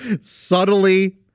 subtly